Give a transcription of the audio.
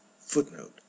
Footnote